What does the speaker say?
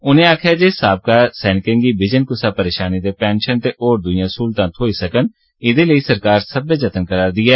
उनें आक्खेआ जे पूर्व सैनिकें गी बिजन कुसै परेशानी दे पैंशन ते होर दुइयां सहूलतां थ्होई सकन एहदे लेई सरकार सब्बै जतन करा'रदी ऐ